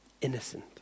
Innocent